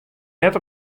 net